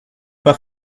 pas